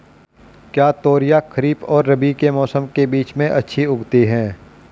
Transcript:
क्या तोरियां खरीफ और रबी के मौसम के बीच में अच्छी उगती हैं?